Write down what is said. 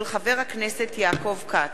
של חבר הכנסת יעקב כץ,